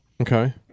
Okay